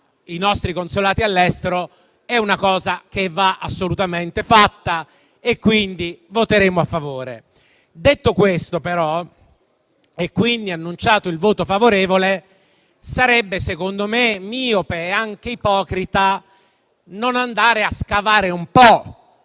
ai nostri consolati all'estero è una cosa che va assolutamente fatta e dunque voteremo a favore. Detto questo, però, e avendo annunciato il voto favorevole, sarebbe secondo me miope e anche ipocrita non andare a scavare un po'